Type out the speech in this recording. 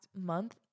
month